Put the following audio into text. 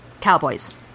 Cowboys